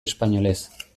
espainolez